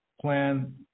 plan